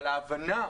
אבל ההבנה,